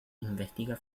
investiga